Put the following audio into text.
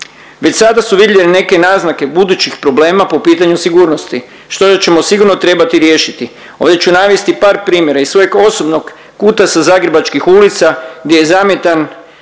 Već sada su vidljive neke naznake budućih problema po pitanju sigurnosti, što ćemo sigurno trebati riješiti. Ovdje ću navesti par primjera iz svojeg osobnog kuta sa zagrebačkih ulica gdje je zamjetan